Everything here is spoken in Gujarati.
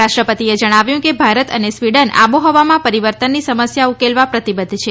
રાષ્ટ્રપતિએ જણાવ્યું કે ભારત અને સ્વીડન આબોહવામાં પરીવર્તનની સમસ્યા ઉકેલવા પ્રતિબધ્ધ છે